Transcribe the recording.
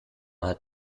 hat